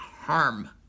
harm